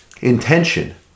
intention